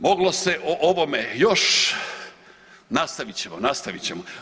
Moglo se o ovome još, nastavit ćemo, nastavit ćemo.